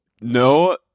No